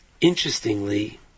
interestingly